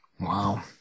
Wow